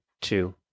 two